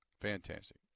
fantastic